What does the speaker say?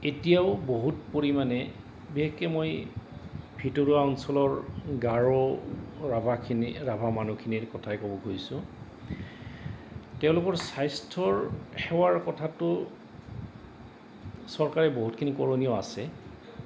এতিয়াও বহুত পৰিমাণে বিশেষকে মই ভিতৰুৱা অঞ্চলৰ গাৰো ৰাভাখিনি ৰাভা মানুহখিনিৰ কথাই ক'ব গৈছোঁ তেওঁলোকৰ স্বাস্থ্যৰ সেৱাৰ কথাটো চৰকাৰে বহুতখিনি কৰণীয় আছে